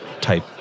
type